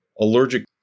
allergic